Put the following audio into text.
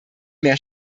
mehr